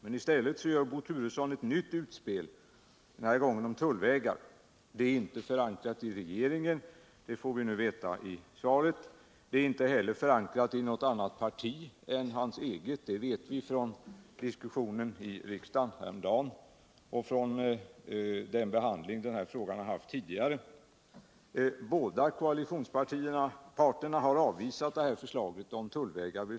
Men i stället gör Bo Turesson ett nytt utspel. den här gången om tullvägar. Det utspelet är inte förankrat i regeringen — det får vi nu veta i svaret. Det är inte heller förankrat i något annat parti än hans eget — det vet vi från diskussionen i riksdagen häromdagen och från den här frågans tidigare behandling. Båda koalitionsparterna har vid flera tillfällen avvisat förslaget om tullvägar.